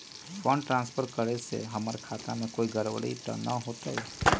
Fund transfer करे से हमर खाता में कोई गड़बड़ी त न होई न?